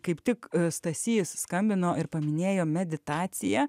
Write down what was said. kaip tik stasys skambino ir paminėjo meditaciją